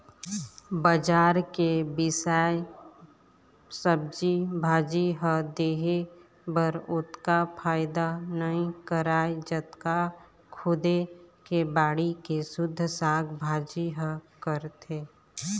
बजार के बिसाए सब्जी भाजी ह देहे बर ओतका फायदा नइ करय जतका खुदे के बाड़ी के सुद्ध साग भाजी ह करथे